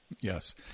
Yes